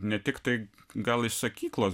ne tiktai gal iš sakyklos